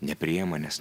nepriima nes